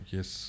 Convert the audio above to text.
Yes